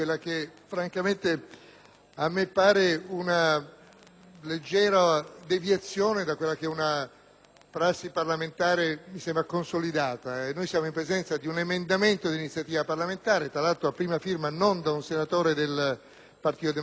una leggera deviazione da una prassi parlamentare consolidata. Siamo in presenza di un emendamento di iniziativa parlamentare (a prima firma non di un senatore del Partito Democratico, ma di un senatore del Popolo della Libertà),